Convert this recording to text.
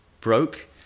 broke